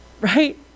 right